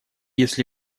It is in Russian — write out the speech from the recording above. если